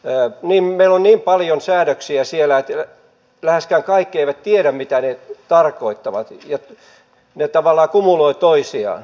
öö himmel on niin paljon säädöksiä siellä että läheskään kaikki eivät tiedä mitä ne tarkoittavat ja ne tavallaan kumuloivat toisiaan